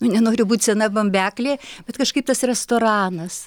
nenoriu būt sena bambeklė bet kažkaip tas restoranas